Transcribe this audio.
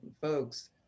folks